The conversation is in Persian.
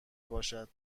باشد